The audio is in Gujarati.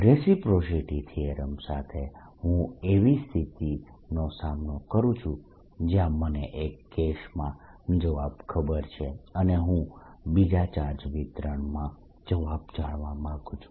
રેસિપ્રોસિટી થીયરમ સાથે હું એવી સ્થિતિનો સામનો કરું છું જ્યાં મને એક કેસમાં જવાબ ખબર છે અને હું બીજા ચાર્જ વિતરણમાં જવાબ જાણવા માંગું છું